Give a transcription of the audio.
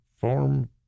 form